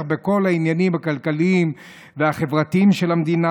בכל העניינים הכלכליים והחברתיים של המדינה.